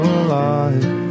alive